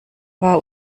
war